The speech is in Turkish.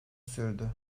sürdü